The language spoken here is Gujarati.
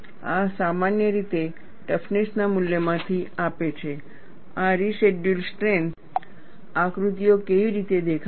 આ સામાન્ય રીતે ટફનેસ ના મૂલ્યમાંથી આપે છે આ રેસિડયૂઅલ સ્ટ્રેન્થ આકૃતિઓ કેવી રીતે દેખાશે